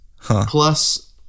plus